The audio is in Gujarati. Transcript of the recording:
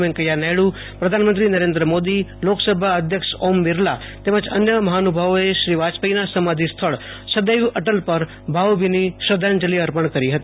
વૈંકેથા નાયડુપ્રધાનમંત્રી નરેન્દ્ર મોદી લોકસભા અધ્યક્ષ ઓમ બિરલા તેમજ અન્ય મહાનુભાવોએ શ્રી વાજપેથીના સમાધિ સ્થળ સદૈવ અટલ પર ભાવભીની શ્રદ્ધાંજલી અર્પણ કરી હતી